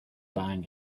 bang